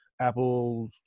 Apple